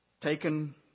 taken